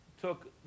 took